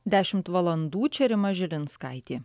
dešimt valandų čia rima žilinskaitė